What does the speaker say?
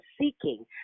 seeking